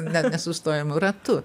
ne nesustojam ratu